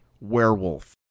werewolf